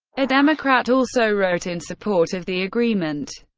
a democrat, also wrote in support of the agreement.